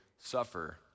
suffer